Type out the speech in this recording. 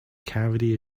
cavity